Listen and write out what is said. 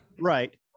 right